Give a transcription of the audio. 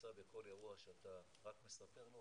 נמצא בכל אירוע שאתה רק מספר לו,